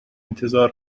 انتظار